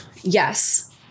Yes